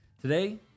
Today